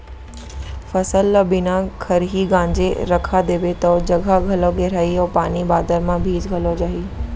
फसल ल बिना खरही गांजे रखा देबे तौ जघा घलौ घेराही अउ पानी बादर म भींज घलौ जाही